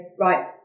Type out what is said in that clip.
right